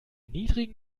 niedrigen